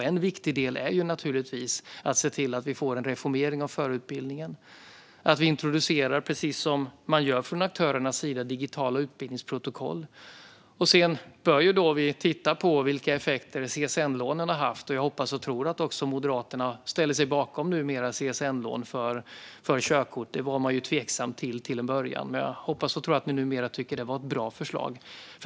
En viktig del är naturligtvis att se till att det sker en reformering av förarutbildningen, bland annat att introducera digitala utbildningsprotokoll, precis som man gör från aktörernas sida. Vi bör titta på vilka effekter CSN-lånen har haft. Jag hoppas och tror att också Moderaterna numera ställer sig bakom CSN-lån för körkort. Det var man till en början tveksam till, men jag hoppas och tror att ni numera tycker att det är ett bra förslag.